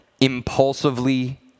impulsively